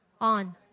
on